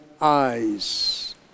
eyes